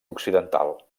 occidental